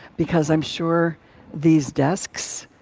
because i'm sure these desks,